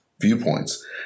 viewpoints